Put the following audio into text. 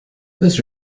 this